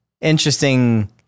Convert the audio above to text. interesting